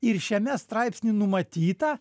ir šiame straipsny numatyta